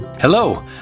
Hello